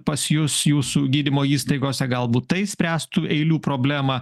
pas jus jūsų gydymo įstaigose galbūt tai išspręstų eilių problemą